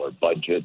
budget